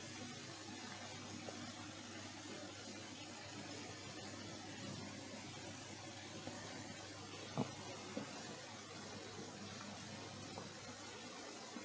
uh